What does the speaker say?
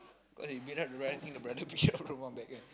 cause you beat up the brother think the brother beat up the mum back ah